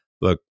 look